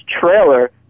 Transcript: trailer